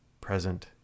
present